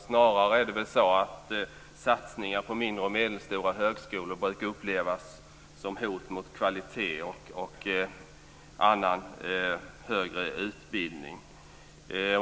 Snarare brukar satsningar på mindre och medelstora högskolor upplevas som hot mot kvaliteten och annan högre utbildning.